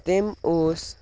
تٔمۍ اوس